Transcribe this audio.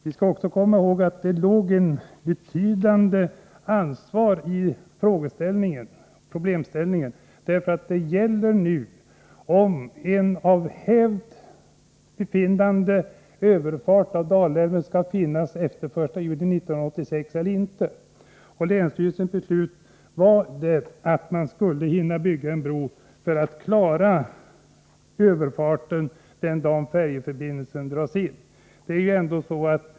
Vi skall också komma ihåg att det låg ett betydande ansvar i problemställningen. Det gällde frågan om en av hävd befintlig överfart över Dalälven skall få finnas kvar även efter den 1 juli 1986. Länsstyrelsens strävan var att försöka hinna bygga en bro färdig till den dag då färjeförbindelsen dras in.